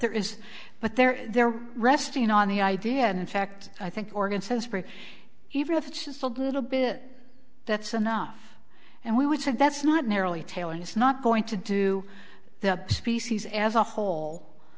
there is but there is there are resting on the idea and in fact i think morgan says even if it's just a little bit that's enough and we would say that's not nearly tailing it's not going to do the species as a whole